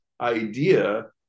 idea